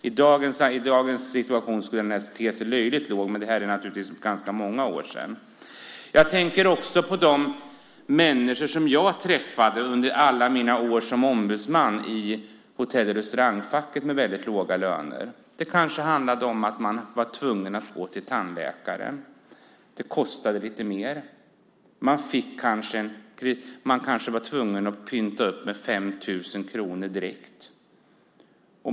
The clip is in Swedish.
I dagens läge skulle den nästan te sig löjligt låg, men det är ganska många år sedan. Jag tänker också på de människor med väldigt låga löner som jag träffade under alla mina år som ombudsman i Hotell och restaurangfacket. Det kanske handlade om att man var tvungen att gå till tandläkaren. Det kostade lite mer. Man var kanske tvungen att pynta upp med 5 000 kronor direkt.